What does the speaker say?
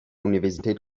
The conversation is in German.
universität